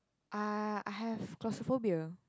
uh I have claustrophobia